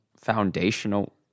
foundational